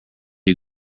you